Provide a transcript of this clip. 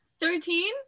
Thirteen